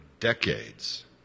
Decades